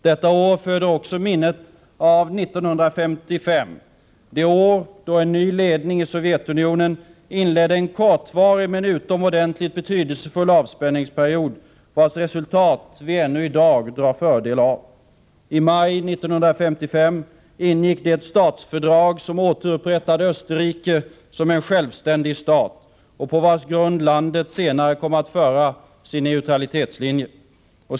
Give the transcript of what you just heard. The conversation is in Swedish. Detta år föder också minnet av 1955, det år då en ny ledning i Sovjetunionen inledde en kortvarig men utomordentligt betydelsefull avspänningsperiod, vars resultat vi ännu i dag drar fördel av. I maj 1955 ingicks det statsfördrag som återupprättade Österrike som självständig stat. ett statsfördrag på vars grund landet senare kom att föra sin neutralitetspolitik.